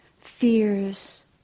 fears